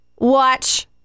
Watch